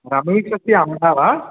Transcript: रामेशस्य अम्बा वा